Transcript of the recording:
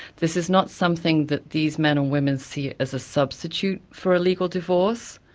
this is not something that these men and women see as a substitute for a legal divorce,